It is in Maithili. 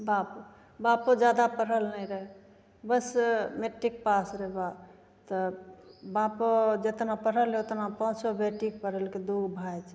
बाप बापो जादा पढ़ल नहि रहै बस मैट्रिक पास रहै बाप तऽ बापो जतना पढ़ल रहै ओतना पाँचो बेटीके पढ़ेलकै दुइगो भाइ छै